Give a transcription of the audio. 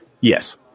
Yes